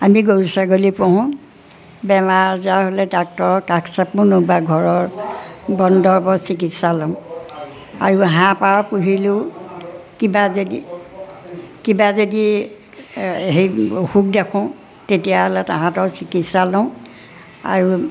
আমি গৰু ছাগলী পোহোঁ বেমাৰ আজাৰ হ'লে ডাক্তৰৰ কাষ চাপোঁ নতুবা ঘৰৰ বনদৰৱৰ চিকিৎসা লওঁ আৰু হাঁহ পাৰ পুহিলেও কিবা যদি কিবা যদি হেৰি অসুখ দেখোঁ তেতিয়াহ'লে তাহাঁতৰ চিকিৎসা লওঁ আৰু